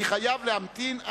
אני חייב להמתין,